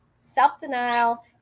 self-denial